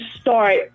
start